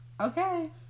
Okay